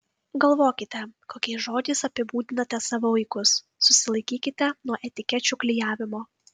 galvokite kokiais žodžiais apibūdinate savo vaikus susilaikykite nuo etikečių klijavimo